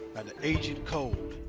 the agent code.